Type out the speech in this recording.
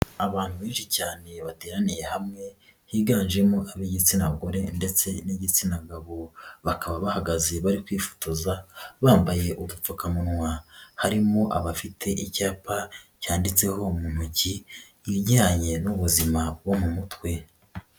Abantu benshi cyane bateraniye hamwe higanjemo ab'igitsina gore ndetse n'igitsina gabo, bakaba bahagaze bari kwifotoza bambaye udupfukamunwa, harimo abafite icyapa cyanditseho mu ntoki ibijyanye n'ubuzima bwo mu mutwe.